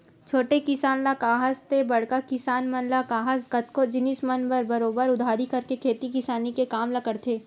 छोटे किसान ल काहस ते बड़का किसान मन ल काहस कतको जिनिस मन म बरोबर उधारी करके खेती किसानी के काम ल करथे